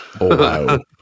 Wow